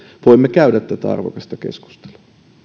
voimme käydä tätä arvokasta keskustelua